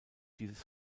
dieses